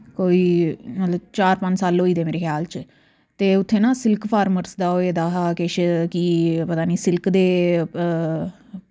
कोई मतलव चार पंज साल होई दे मेरे ख्याल च तो उत्थे ना सिल्क फार्मर्स दा होऐ दा हा किश कि पता निं सिल्क दे